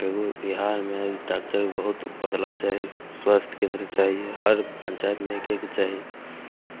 बे बिहारमे डॉकटरके बहुत बदलाव चाही स्वास्थ्य केन्द्र चाही हर पञ्चाइतमे एक एक चाही